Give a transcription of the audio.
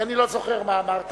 כי אני לא זוכר מה אמרת,